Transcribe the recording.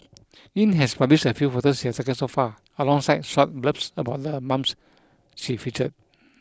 Yin has published a few photos she has taken so far alongside short blurbs about the moms she featured